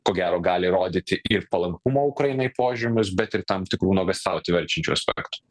ko gero gali rodyti ir palankumo ukrainai požymius bet ir tam tikrų nuogąstauti verčiančią aspektų